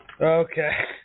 Okay